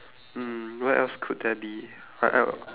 mm what else could there be what el~